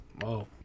Wow